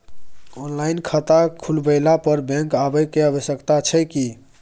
Online खाता खुलवैला पर बैंक आबै के आवश्यकता छै की?